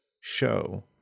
show